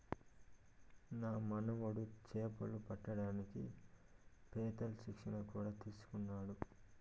నా మనుమడు చేపలు పట్టడానికి పెత్తేల్ శిక్షణ కూడా తీసుకున్నాడు